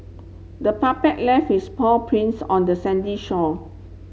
the puppy left its paw prints on the sandy shore